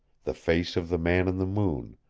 the face of the man in the moon,